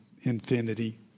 infinity